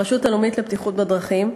הרשות הלאומית לבטיחות בדרכים,